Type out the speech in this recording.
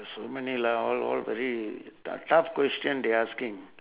so many lah all all very to~ tough question they asking